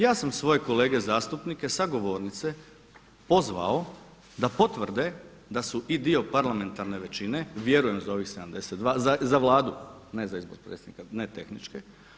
Ja sam svoje kolege zastupnike sa govornice pozvao da potvrde da su i dio parlamentarne većine, vjerujem za ovih 72 za Vladu ne za izbor predsjednika, ne tehničke.